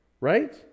right